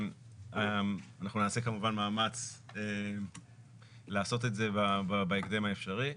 אנחנו נעשה כמובן מאמץ לעשות את זה בהקדם האפשרי.